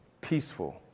peaceful